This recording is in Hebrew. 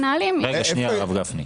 רגע, שנייה הרב גפני.